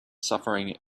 suffering